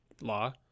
law